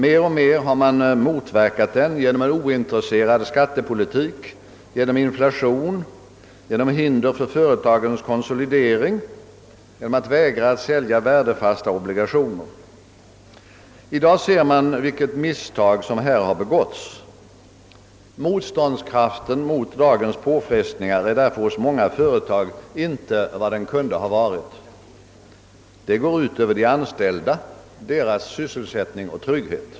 Mer och mer har man motverkat den genom en ointresserad skattepolitik, genom inflation, genom hinder för företagens konsolidering och genom att vägra att sälja värdefasta obligationer. I dag ser man vilket misstag som här har begåtts. Motståndskraften mot dagens påfrestningar är därför hos många företag inte vad den borde ha varit. Detta går ut över de anställda, deras sysselsättning och trygghet.